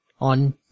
on